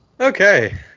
Okay